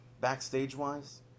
backstage-wise